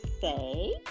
say